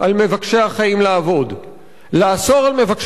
לאסור על מבקשי החיים לעבוד זה לגרום להם,